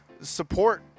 support